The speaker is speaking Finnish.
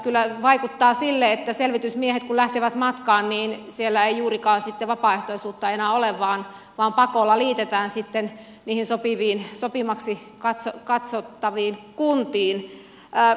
kyllä vaikuttaa sille että selvitysmiehet kun lähtevät matkaan niin siellä ei juurikaan sitten vapaaehtoisuutta enää ole vaan pakolla liitetään sitten niihin sopivaksi katsottaviin kuntiin